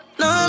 no